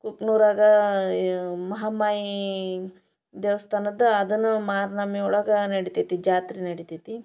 ಕಿಕ್ನೂರಾಗೆ ಮಹಾಮಾಯಿ ದೇವಸ್ಥಾನದ್ದು ಅದು ಮಾರ್ನವ್ಮಿ ಒಳಗೆ ನಡಿತೈತೆ ಜಾತ್ರೆ ನಡಿತೈತೆ